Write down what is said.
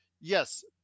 Yes